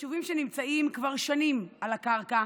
יישובים שנמצאים כבר שנים על הקרקע